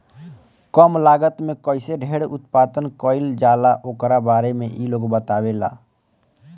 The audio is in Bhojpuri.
कम लागत में कईसे ढेर उत्पादन कईल जाला ओकरा बारे में इ लोग बतावेला